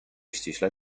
ściśle